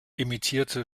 emittierte